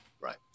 right